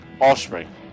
Offspring